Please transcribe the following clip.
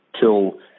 till